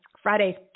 Friday